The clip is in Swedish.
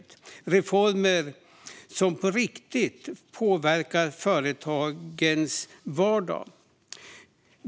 Det är reformer som på riktigt påverkar företagen i deras vardag.